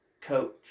coach